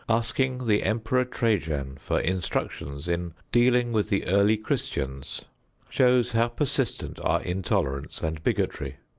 asking the emperor trajan for instructions in dealing with the early christians shows how persistent are intolerance and bigotry.